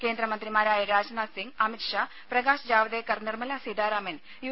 കേന്ദ്രമന്ത്രിമാരായ രാജ്നാഥ് സിംഗ് അമിത് ഷാ പ്രകാശ് ജാവ്ദേക്കർ നിർമ്മലാ സീതാരാമൻ യു